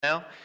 Now